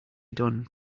done